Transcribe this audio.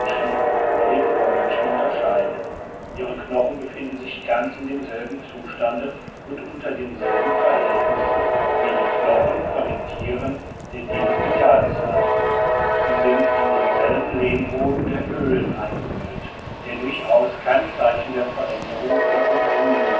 von den urmenschen unterscheiden ihre knochen befinden sich ganz in demselben zustande und unter denselben verhältnissen wie die knochen von den tieren der diluvialzeit sie sind in denselben lehmboden der höhlen eingehüllt der durchaus kein zeichen der veränderung oder umwühlung